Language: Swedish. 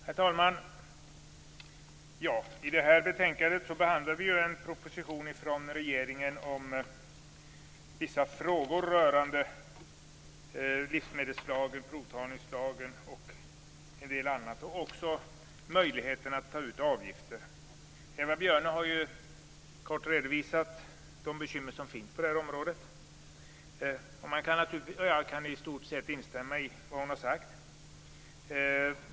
Herr talman! I det här betänkandet behandlar vi en proposition från regeringen om vissa frågor rörande livsmedelslagen, provtagningslagen m.m. och också möjligheten att ta ut avgifter. Eva Björne har ju kort redovisat de bekymmer som finns på det här området. Jag kan i stor sett instämma i vad hon har sagt.